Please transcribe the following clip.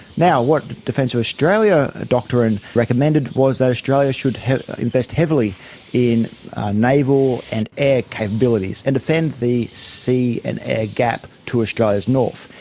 now, what this defence of australia doctrine recommended was that australia should invest heavily in naval and air capabilities and defend the sea and air gap to australia's north.